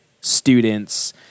students